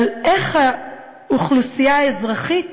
על איך האוכלוסייה האזרחית